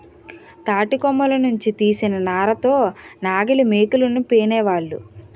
తాటికమ్మల నుంచి తీసిన నార తో నాగలిమోకులను పేనేవాళ్ళు